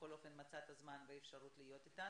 שבכל אופן מצאת זמן ואפשרות להיות איתנו.